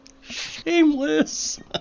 Shameless